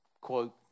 quote